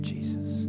Jesus